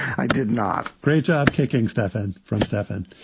i did not great job kicking stefan from stefan.